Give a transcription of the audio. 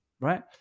right